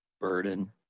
burden